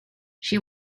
she